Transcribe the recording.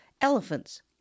elephants